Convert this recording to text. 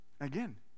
Again